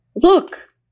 Look